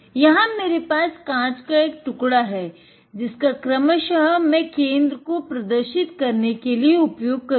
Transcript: यहाँ मेरे पास कांच का एक टुकड़ा है जिसका क्रमशः मै केंद्र को प्रदर्शित करने के लिए उपयोग करूंगा